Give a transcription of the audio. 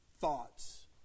thoughts